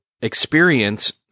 experience